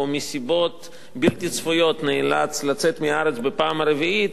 או מסיבות בלתי צפויות נאלץ לצאת מהארץ בפעם הרביעית,